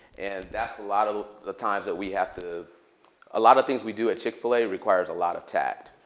and that's a lot of the times that we have to a lot of things we do at chick-fil-a requires a lot of tact.